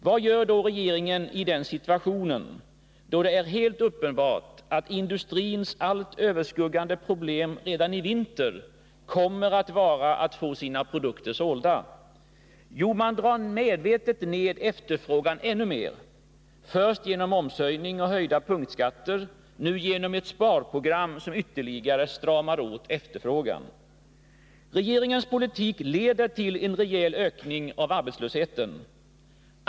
Vad gör då regeringen i den situationen — när det är helt uppenbart att industrins allt överskuggande problem redan i vinter kommer att vara att få sina produkter sålda? Jo, man drar medvetet ner efterfrågan ännu mer, först genom momshöjning och höjda punktskatter, nu genom ett sparprogram som ytterligare stramar åt efterfrågan. Regeringens politik leder till en rejäl ökning av arbetslösheten.